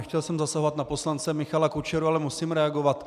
Nechtěl jsem zasahovat na poslance Michala Kučeru, ale musím reagovat.